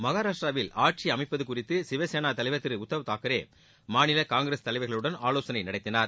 மகாராஷ்டிராவில் ஆட்சி அமைப்பது குறித்து சிவசேளா தலைவர் திரு உத்தவ் தாக்கரே மாநில காங்கிரஸ் தலைவர்களுடன் ஆலோசனை நடத்தினார்